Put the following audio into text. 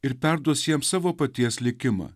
ir perduos jiems savo paties likimą